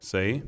Say